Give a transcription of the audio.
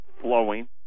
flowing